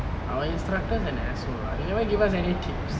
our instructor is an asshole lah he never give us any tips